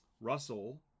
Russell